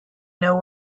know